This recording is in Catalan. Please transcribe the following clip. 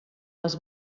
les